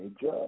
judge